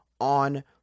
on